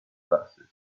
glasses